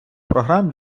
програм